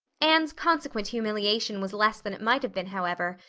anne's consequent humiliation was less than it might have been, however,